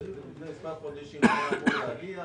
מספר חודשים, היה אמור להגיע.